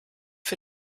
für